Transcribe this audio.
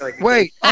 wait